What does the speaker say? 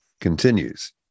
continues